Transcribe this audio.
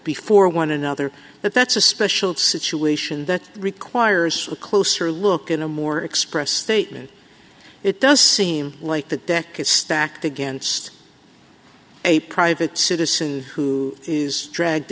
before one another but that's a special situation that requires a closer look in a more expressed statement it does seem like the deck is stacked against a private citizen who is dragged